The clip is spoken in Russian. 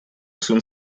сын